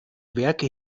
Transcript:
werke